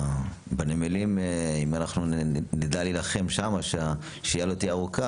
בנמלים אם אנחנו נדע להילחם שם שהשהייה לא תהיה ארוכה,